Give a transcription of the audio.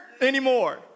anymore